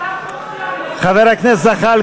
לשנת הכספים 2013,